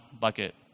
bucket